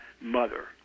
mother